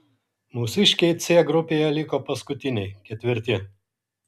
mūsiškiai c grupėje liko paskutiniai ketvirti